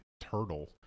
turtle